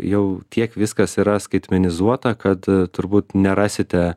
jau tiek viskas yra skaitmenizuota kad turbūt nerasite